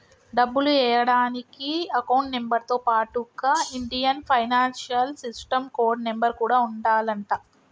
డబ్బులు ఎయ్యడానికి account number తో పాటుగా Indian financial system code number కూడా ఉండాలంట